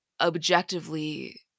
objectively